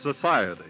society